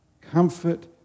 Comfort